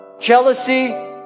jealousy